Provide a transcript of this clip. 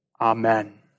Amen